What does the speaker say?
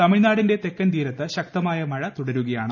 തമിഴ്നാടിന്റെ തെക്കൻ തീരത്ത് ശക്തമായ മഴ തുടരുകയാണ്